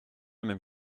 même